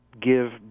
give